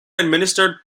administered